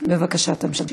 בבקשה, תמשיך.